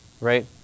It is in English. right